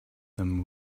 them